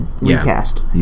recast